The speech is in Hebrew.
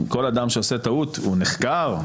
כל אדם שעושה טעות הוא נחקר,